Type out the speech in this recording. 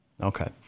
okay